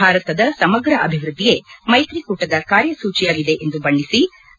ಭಾರತದ ಸಮಗ್ರ ಅಭಿವೃದ್ದಿಯೇ ಮೈತಿ ಕೂಟದ ಕಾರ್ಯಸೂಚಿಯಾಗಿದೆ ಎಂದು ಬಣ್ಣೆಸಿದರು